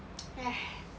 哎